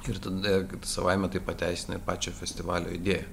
ir tada savaime tai pateisina ir pačią festivalio idėją